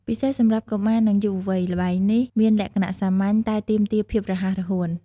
ពិសេសសម្រាប់កុមារ និងយុវវ័យ ល្បែងនេះមានលក្ខណៈសាមញ្ញ តែទាមទារភាពរហ័សរហួន។